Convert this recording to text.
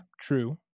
true